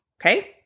Okay